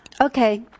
Okay